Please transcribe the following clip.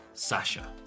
Sasha